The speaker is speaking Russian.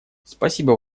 спасибо